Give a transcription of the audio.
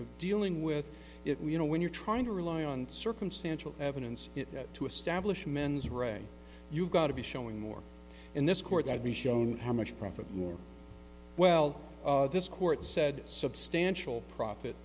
of dealing with it we you know when you're trying to rely on circumstantial evidence to establish mens rea you've got to be showing more in this court that we shown how much profit more well this court said substantial profit